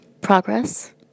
Progress